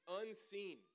unseen